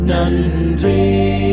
Nandri